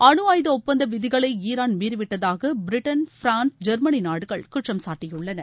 அனு ஆயுத ஒப்பந்தவிதிகளைஈரான் மீறிவிட்டதாகபிரிட்டன் பிரான்ஸ் ஜெர்மனிநாடுகள் குற்றம் சாட்டியுள்ளன